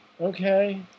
Okay